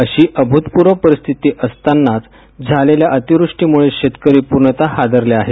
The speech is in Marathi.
अशी अभूतपूर्व प्रतिकूल परिस्थिती असतानाच झालेल्या अतिवृष्टीमुळे शेतकरी पूर्णत हादरले आहेत